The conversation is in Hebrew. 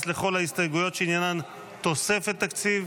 לכל ההסתייגויות שעניינן תוספת תקציב,